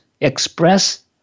express